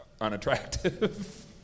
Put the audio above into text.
unattractive